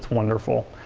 wonderful.